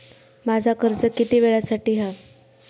माझा कर्ज किती वेळासाठी हा?